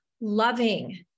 loving